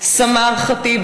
סמר ח'טיב,